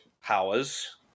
powers